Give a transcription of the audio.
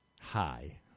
Hi